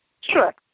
Sure